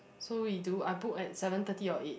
so we do I book at seven thirty or eight